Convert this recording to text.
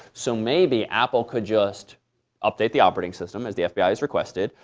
so maybe apple could just update the operating system, as the fbi has requested,